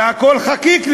הכול בר-חקיקה,